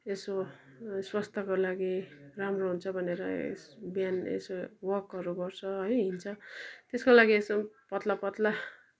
यसो स्वास्थ्यको लागि राम्रो हुन्छ भनेर बिहान यसो वकहरू गर्छ है हिँड्छ त्यसको लागि यसो पातला पातला